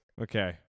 Okay